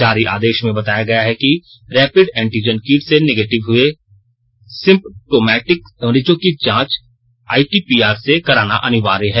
जारी आदेश में बताया गया कि रैपिड एंटीजन किट से निगेटिव हुए सिम्पटोमैटिक मरीजों की जांच आरटीपीआर से कराना अनिवार्य है